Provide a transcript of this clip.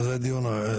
זה דיון אחר.